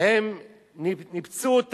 הם ניפצו,